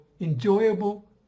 Enjoyable